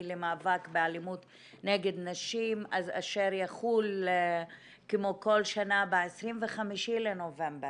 למאבק באלימות נגד נשים אשר יחול כמו כל שנה ב-25 בנובמבר.